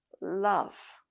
love